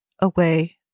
away